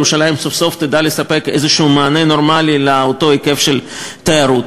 ירושלים סוף-סוף תדע לספק איזה מענה נורמלי לאותו היקף של תיירות.